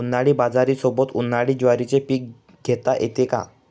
उन्हाळी बाजरीसोबत, उन्हाळी ज्वारीचे पीक घेता येते का?